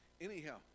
Anyhow